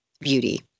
beauty